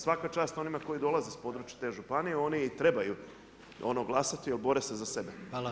Svaka čast onima koji dolaze s područja te županije, oni i trebaju glasati, bore se za sebe.